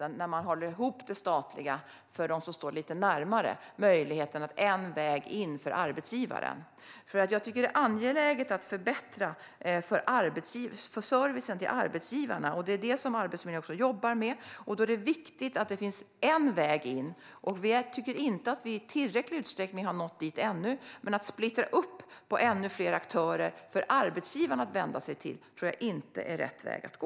När man håller ihop det statliga för dem som står lite närmare blir det möjligt att ha en väg in för arbetsgivaren. Jag tycker att det är angeläget att förbättra servicen till arbetsgivarna, och detta arbetar Arbetsförmedlingen med. Då är det viktigt att det finns en väg in. Jag tycker inte att vi i tillräcklig utsträckning har nått dit än. Men att splittra upp det med ännu fler aktörer för arbetsgivarna att vända sig till tror jag inte är rätt väg att gå.